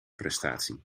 prestatie